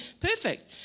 perfect